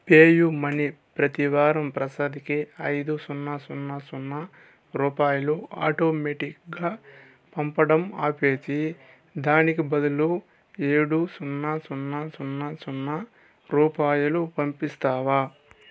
pay money మనీ ప్రతీ వారం ప్రసాద్కి ఐదు సున్నా సున్నా సున్నా రూపాయలు ఆటోమేటిక్గా పంపడం ఆపేసి దానికి బదులు ఏడు సున్నా సున్నా సున్నా సున్నా రూపాయలు పంపిస్తావా